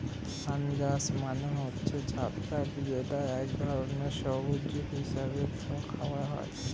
fungus মানে হচ্ছে ছত্রাক যেটা এক ধরনের সবজি হিসেবে খাওয়া হয়